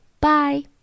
Bye